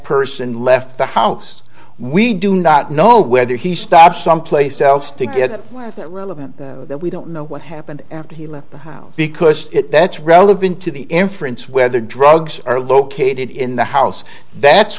person left the house we do not know whether he stopped someplace else to get relevant that we don't know what happened after he left the house because that's relevant to the inference whether drugs are located in the house that's